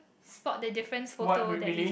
spot the difference photo that we